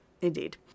indeed